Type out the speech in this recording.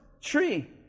tree